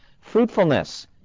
Fruitfulness